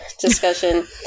discussion